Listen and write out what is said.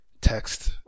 text